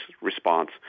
response